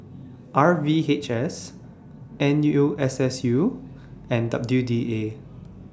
R V H S N U S S U and W D A